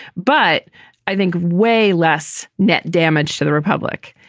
but i think way less net damage to the republic.